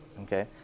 Okay